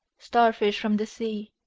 starfish from the sea,